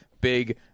big